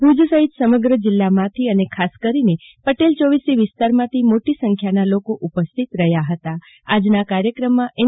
ભુજ સહિત સમગ્ર જિલ્લામાંથી અને ખાસ કરીને પટેલ ચોવીસીવિસ્તારમાંથી મોટી સંખ્યામાં લોકો ઉપસ્થિત રહ્યા હતા આજના કાર્યક્રમમાં એન